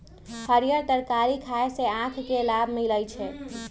हरीयर तरकारी खाय से आँख के लाभ मिलइ छै